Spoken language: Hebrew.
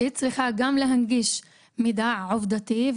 שהיא צריכה גם להנגיש מידע עובדתי.